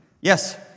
Yes